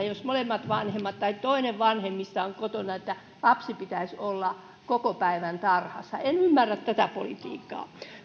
että jos molemmat vanhemmat tai toinen vanhemmista on kotona lapsen pitäisi olla koko päivän tarhassa en ymmärrä tätä politiikkaa